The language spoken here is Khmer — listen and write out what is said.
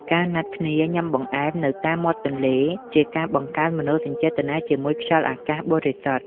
ការណាត់គ្នាញ៉ាំបង្អែមនៅតាមមាត់ទន្លេ ជាការបង្កើនមនោសញ្ចេតនាជាមួយខ្យល់អាកាសបរិសុទ្ធ។